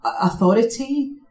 authority